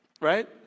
Right